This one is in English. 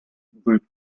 group